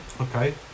Okay